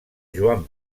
joan